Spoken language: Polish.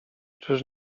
czyż